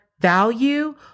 value